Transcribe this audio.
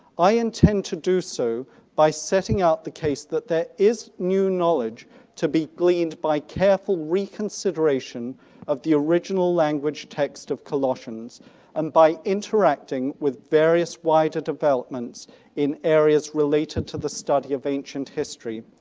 i intend to do so by setting out the case that there is new knowledge to be cleaned by careful reconsideration of the original language text of colossians and by interacting with various wider developments in areas related to the study of ancient history.